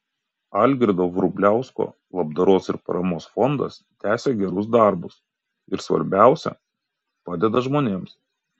algirdo vrubliausko labdaros ir paramos fondas tęsia gerus darbus ir svarbiausia padeda žmonėms